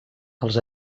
els